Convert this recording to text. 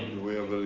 we'll